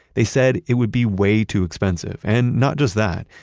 they said it would be way too expensive and not just that,